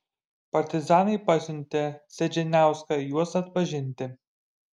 partizanai pasiuntė sedziniauską juos atpažinti